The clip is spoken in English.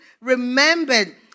remembered